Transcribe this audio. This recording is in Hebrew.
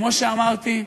כמו שאמרתי,